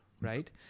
right